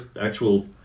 actual